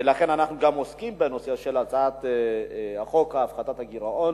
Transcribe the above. ולכן אנחנו גם עוסקים בנושא של הצעת חוק הפחתת הגירעון